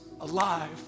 alive